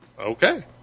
Okay